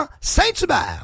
Saint-Hubert